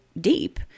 deep